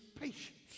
patience